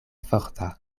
forta